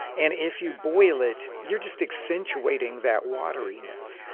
and if you boil it, you're just accentuating that wateriness.